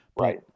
Right